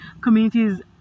communities